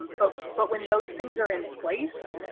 but but when those things are in place.